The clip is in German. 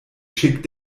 schick